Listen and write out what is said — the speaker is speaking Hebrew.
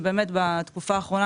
שבאמת בתקופה האחרונה,